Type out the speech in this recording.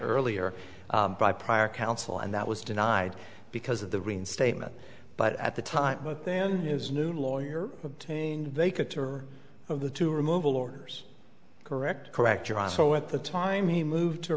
earlier by prior counsel and that was denied because of the reinstatement but at the time but then his new lawyer obtained they could tour of the two removal orders correct correct your honor so at the time he moved to